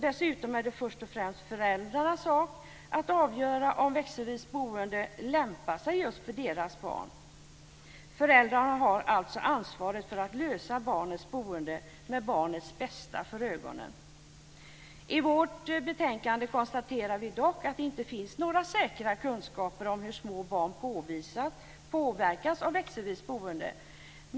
Dessutom är det först och främst föräldrarnas sak att avgöra om växelvis boende lämpar sig för just deras barn. Föräldrarna har alltså ansvaret för att ordna med barnets boende med barnets bästa för ögonen. I vårt betänkande konstaterar vi dock att det inte finns några säkra kunskaper om hur små barn påverkas av växelvis boende.